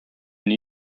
new